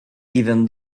even